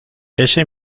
ese